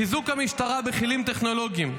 חיזוק המשטרה בכלים טכנולוגיים,